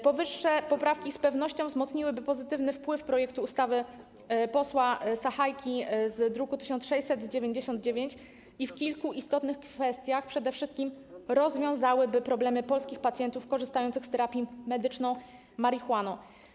Powyższe poprawki z pewnością wzmocniłyby pozytywny wpływ projektu ustawy posła Sachajki z druku nr 1699 i w kilku istotnych kwestiach rozwiązałyby przede wszystkim problemy polskich pacjentów korzystających z terapii medyczną marihuaną.